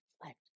reflect